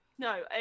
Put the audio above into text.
No